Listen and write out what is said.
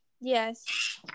yes